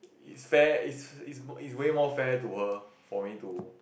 it's fair it's it's it's way more fair to her for me to